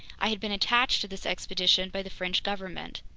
i had been attached to this expedition by the french government.